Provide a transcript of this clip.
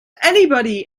anybody